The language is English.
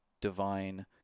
divine